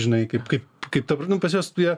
žinai kaip kaip kaip ta prasme pas juos jie